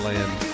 Land